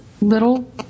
little